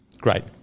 Great